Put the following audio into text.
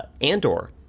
Andor